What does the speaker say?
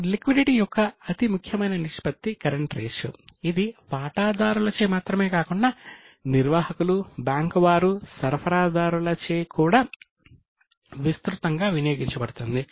ఇప్పుడు లిక్విడిటీ అని పిలువబడే సంబంధాన్ని పొందుతారు